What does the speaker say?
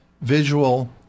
visual